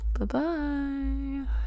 Bye-bye